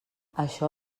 això